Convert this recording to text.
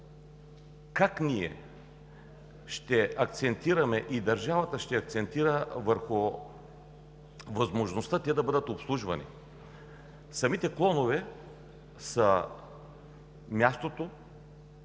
как ние ще акцентираме, и държавата ще акцентира върху възможността те да бъдат обслужвани. Самите клонове са мястото,